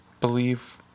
believe